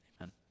Amen